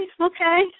okay